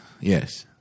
yes